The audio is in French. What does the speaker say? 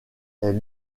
est